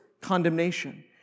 condemnation